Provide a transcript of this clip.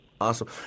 Awesome